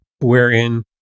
wherein